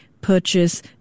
purchase